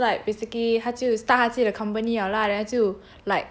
oh ya so like basically 他就 start 他自己的 company liao lah then 他就